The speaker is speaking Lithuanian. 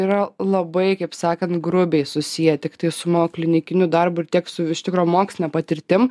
yra labai kaip sakant grubiai susiję tiktai su mano klinikiniu darbu ir tiek su iš tikro moksline patirtim